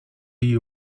you